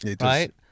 right